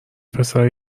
پسر